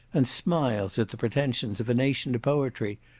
and smiles at the pretensions of a nation to poetry,